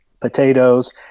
potatoes